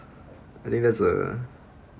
I think that's uh